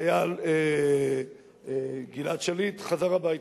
החייל גלעד שליט, חזר הביתה.